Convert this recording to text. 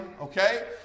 okay